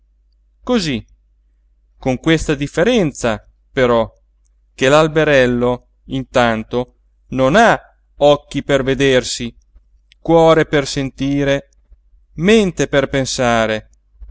cosí con questa differenza però che l'alberello intanto non ha occhi per vedersi cuore per sentire mente per pensare